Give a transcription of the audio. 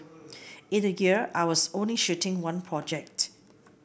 in a year I was only shooting one project